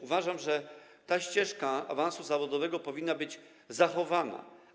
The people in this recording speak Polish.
Uważam, że ta ścieżka awansu zawodowego powinna być zachowana.